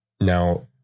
Now